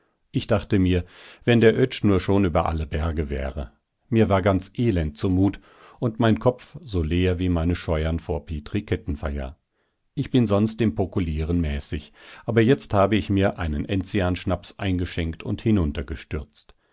ich dachte mir wenn der oetsch nur schon über alle berge wäre mir war ganz elend zumut und mein kopf so leer wie meine scheuern vor petri kettenfeier ich bin sonst im pokulieren mäßig aber jetzt habe ich mir einen enzianschnaps eingeschenkt und